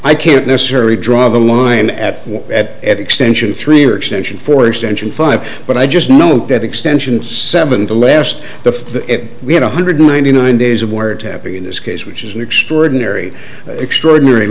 i can't necessarily draw the line at at at extension three or extension four extension five but i just know that extension seven to last the we had one hundred ninety nine days of word tapping in this case which is an extraordinary extraordinary